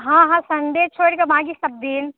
हँ हँ संडे छोरि के बाकी सब दिन